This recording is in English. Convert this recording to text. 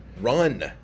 Run